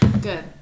good